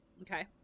okay